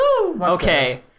Okay